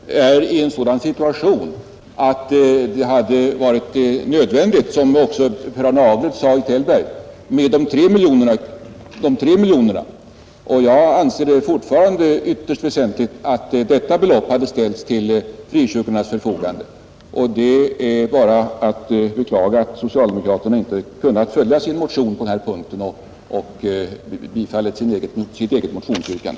Herr talman! Jag menar att frikyrkorna befinner sig i en sådan situation att det hade varit nödvändigt, som också Per-Arne Aglert sade i Tällberg, att anslå de 3 miljonerna. Jag anser det fortfarande vara mycket väsentligt att detta belopp hade ställts till frikyrkornas förfogande. Det är bara att beklaga att socialdemokraterna inte kunnat följa sin motion på den här punkten och bifalla sitt eget motionsyrkande.